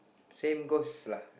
same goes lah